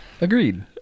agreed